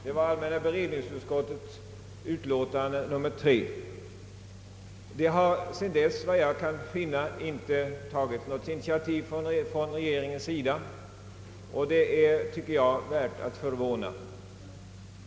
Sedan dess har regeringen, efter vad jag kan finna, inte ta Ang. bidrag till naturvårdsupplysning git något initiativ, vilket jag tycker är ägnat att förvåna.